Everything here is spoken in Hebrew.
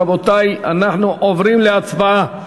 רבותי, אנחנו עוברים להצבעה.